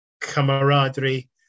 camaraderie